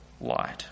light